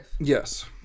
Yes